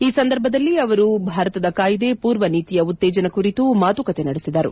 ಈ ಸಂದರ್ಭದಲ್ಲಿ ಅವರು ಭಾರತದ ಕಾಯಿದೆ ಪೂರ್ವ ನೀತಿಯ ಉತ್ತೇಜನ ಕುರಿತು ಮಾತುಕತೆ ನಡೆಸಿದರು